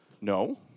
No